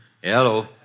hello